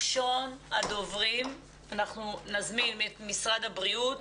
ראשון הדוברים, אנחנו נזמין את משרד הבריאות,